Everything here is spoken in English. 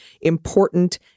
important